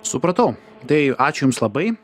supratau tai ačiū jums labai